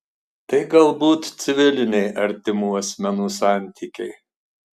tai galbūt civiliniai artimų asmenų santykiai